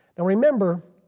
now remember